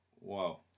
Wow